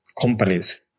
companies